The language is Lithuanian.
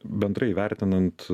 bendrai vertinant